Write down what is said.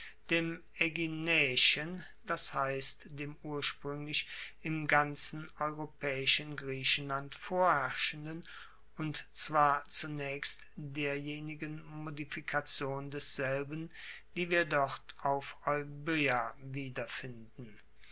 das heisst dem urspruenglich im ganzen europaeischen griechenland vorherrschenden und zwar zunaechst derjenigen modifikation desselben die wir dort auf euboea wiederfinden